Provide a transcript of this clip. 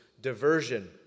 diversion